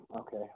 okay